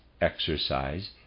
exercise